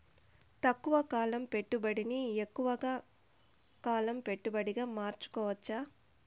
తక్కువ కాలం పెట్టుబడిని ఎక్కువగా కాలం పెట్టుబడిగా మార్చుకోవచ్చా?